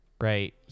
right